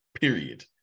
Period